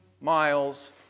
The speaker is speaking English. miles